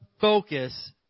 focus